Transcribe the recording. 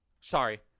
sorry